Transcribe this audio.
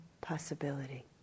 possibility